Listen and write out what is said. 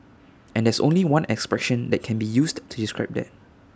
and there's only one expression that can be used to describe that